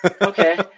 Okay